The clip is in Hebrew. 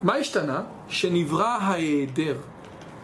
מה השתנה? שנברא ההיעדר